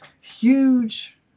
huge